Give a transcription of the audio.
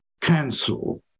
cancel